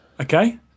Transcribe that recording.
okay